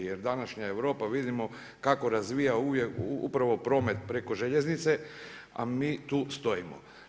Jer današnja Europa vidimo kako razvija upravo promet preko željeznice, a mi tu stojimo.